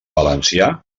valencià